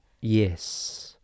yes